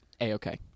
A-okay